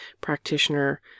practitioner